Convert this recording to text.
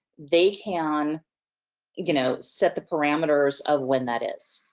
they can you know set the parameters of when that is.